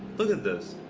look at this.